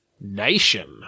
Nation